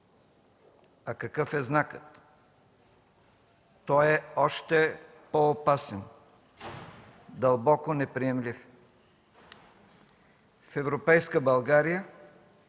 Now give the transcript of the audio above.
А какъв е знакът? Той е още по-опасен, дълбоко неприемлив – в европейска България